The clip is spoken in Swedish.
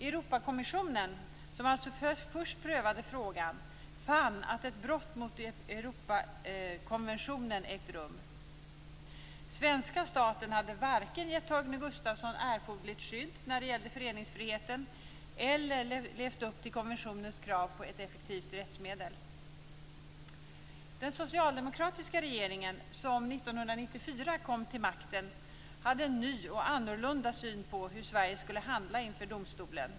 Europakommissionen, som alltså först prövade frågan, fann att ett brott mot Europakonventionen hade ägt rum. Svenska staten hade varken gett Torgny Gustafsson erforderligt skydd när det gällde föreningsfriheten eller levt upp till kommissionens krav på ett effektivt rättsmedel. kom till makten, hade en ny och annorlunda syn på hur Sverige skulle handla inför domstolen.